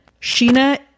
Sheena